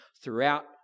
throughout